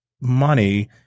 money